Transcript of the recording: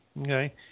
Okay